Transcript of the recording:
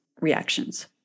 reactions